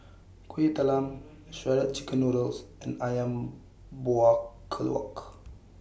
Kuih Talam Shredded Chicken Noodles and Ayam Buah Keluak